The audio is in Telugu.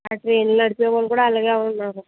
ఆ ట్రైన్లు నడిపే వాళ్ళు కూడా అలాగే ఉన్నారు